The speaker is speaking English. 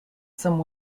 some